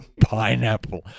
pineapple